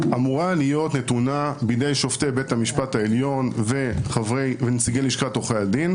אמורה להיות נתונה בידי שופטי בית משפט העליון ונציגי לשכת עורכי הדין,